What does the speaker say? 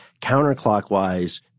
Counterclockwise